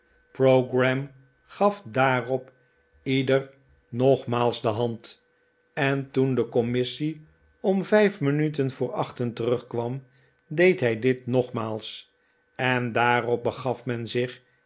pogram gaf daarop ieder nogmaals de hand en toen de commissie om vijf minuten voor achten terugkwam deed hij dit nogmaals en daarop begaf men zich